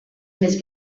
més